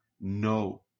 no